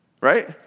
right